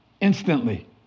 instantly